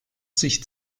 sich